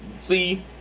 See